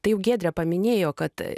tai giedre paminėjo kad